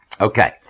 Okay